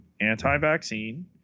anti-vaccine